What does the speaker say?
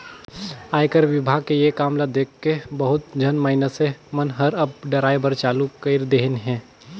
आयकर विभाग के ये काम ल देखके बहुत झन मइनसे मन हर अब डराय बर चालू कइर देहिन हे